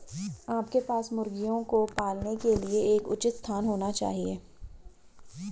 आपके पास मुर्गियों को पालने के लिए एक उचित स्थान होना चाहिए